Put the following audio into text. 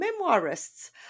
Memoirists